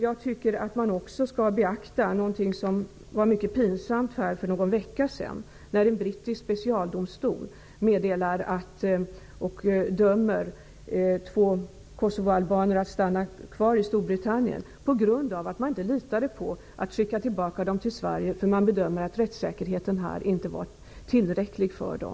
Jag tycker också att man skall beakta den pinsamma händelse som inträffade för en vecka sedan, då en brittisk specialdomstol dömde två kosovoalbaner att stanna kvar i Storbritannien på grund av att man inte vågade skicka tillbaka dem till Sverige, eftersom rättssäkerheten här inte bedömdes vara tillräcklig för dem.